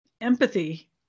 empathy